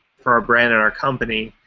for our brand and our company?